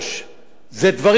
אלה דברים חמורים,